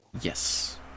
Yes